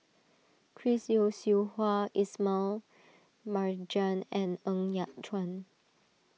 Chris Yeo Siew Hua Ismail Marjan and Ng Yat Chuan